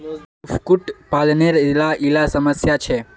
कुक्कुट पालानेर इला इला समस्या छे